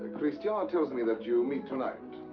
christian tells me that you meet tonight.